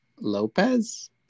Lopez